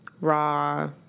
Raw